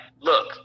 look